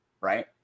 Right